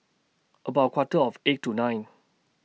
about A Quarter of eight tonight